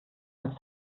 als